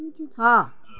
छ